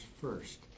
first